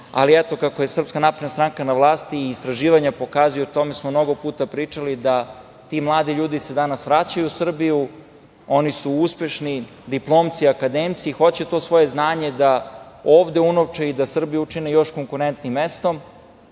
učini. Eto, kako je SNS na vlasti i istraživanja pokazuju i o tome smo mnogo puta pričali da se ti mladi ljudi se danas vraćaju u Srbiju. Oni su uspešni diplomci, akademci i hoće to svoje znanje da ovde unovče i da Srbiju učine još konkurentnijim mestom.